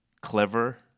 clever